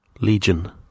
Legion